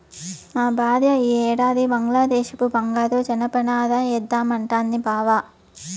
మా భార్య ఈ ఏడాది బంగ్లాదేశపు బంగారు జనపనార ఏద్దామంటాంది బావ